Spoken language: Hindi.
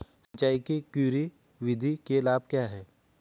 सिंचाई की क्यारी विधि के लाभ क्या हैं?